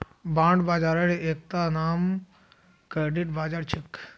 bond बाजारेर एकता नाम क्रेडिट बाजार छेक